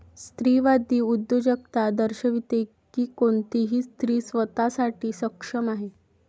स्त्रीवादी उद्योजकता दर्शविते की कोणतीही स्त्री स्वतः साठी सक्षम आहे